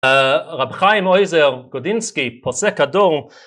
רב חיים עוזר גודינסקי פוסק הדור